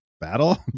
battle